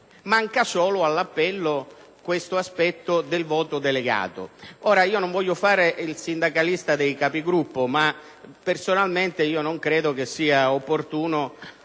Manca all'appello solo l'aspetto del voto delegato. Ebbene, non voglio fare il sindacalista dei Capigruppo, ma personalmente non credo sia opportuno